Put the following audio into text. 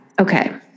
Okay